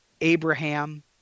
Abraham